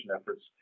efforts